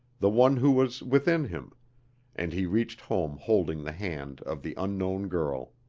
the one who was within him and he reached home holding the hand of the unknown girl.